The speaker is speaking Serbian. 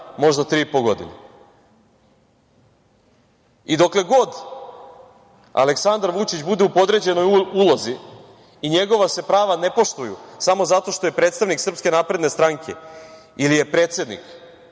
možda tri i po godine. Dokle god Aleksandar Vučić bude u podređenoj ulozi i njegova se prava ne poštuju samo zato što je predstavnik SNS ili je predsednik,